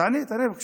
תענה, תענה, בבקשה.